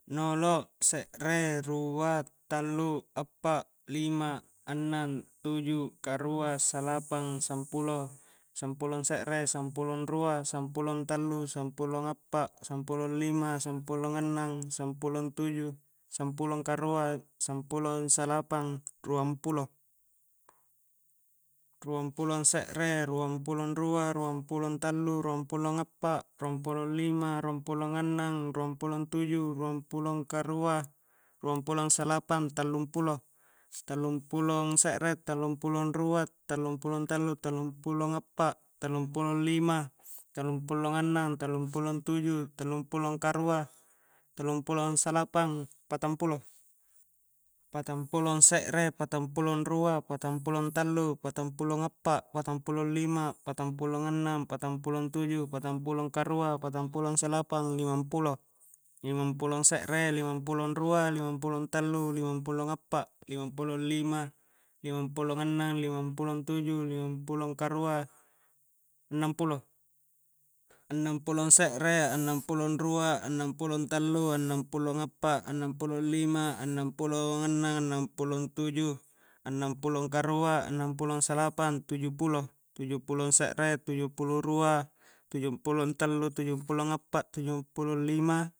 Nolo' se're, rua, tallu, appa, lima, annang tuju, karua, salapang sampulo, sampulo se're sampulo rua, sampulo tallu, sampulo appa, sampulo lima, sampulo annang, sampulo tuju, sampulo karua, sampulo salapang, ruang pulo ruang pulo se're ruang pulo rua ruang pulo tallu, ruang pulo appa ruang pulo lima, ruang pulo annang, ruang pulo tuju, ruang pulo karua, ruang pulo salapang, tallung pulo tallung pulo se're tallung pulo rua, tallung pulo tallu, tallung pulo appa, tallung pulo lima tallung pulo annang, tuju, tallung pulo karua tallung pulo salapang, patang pulo patang pulo se're, patang pulo rua patang pulo tallu, patang pulo appa, patang pulo lima patang pulo annang, patang pulo tuju patang pulo karua, patang pulo salapang, limang pulo limang pulo se're limang pulo rua, limang pulo tallu, limang pulo appa, limang pulo lima, limang pulo annang, limang pulo tuju, limang pulo karua annang pulo, annang pulo se're, annang pulo rua, annang pulo tallu annang pulo appa, annang pulo lima annang pulo annang, annang pulo tuju, annang pulo karua, annang pulo salapang tujung pulo, tujung pulo se're, tujung pulo rua, tujung pulo tallu, tujung pulo appa, tujung pulo lima